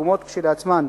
העגומות כשלעצמן.